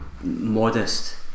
modest